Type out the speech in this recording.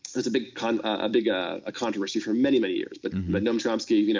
itis a big kind of ah big ah controversy for many, many years, but but noam chomsky you know